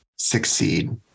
succeed